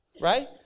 Right